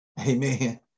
Amen